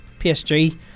PSG